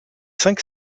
cinq